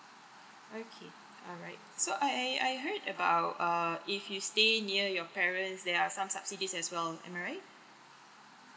okay alright so I I I heard about err if you stay near your parents there are some subsidies as well I'm right